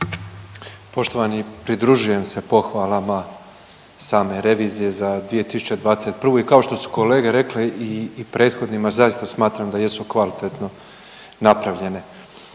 Poštovani pridružujem se pohvalama same revizije za 2021. I kao što su kolege rekle i prethodnima zaista smatram da jesu kvalitetno napravljene.